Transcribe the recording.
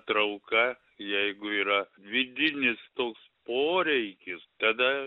trauka jeigu yra vidinis toks poreikis tada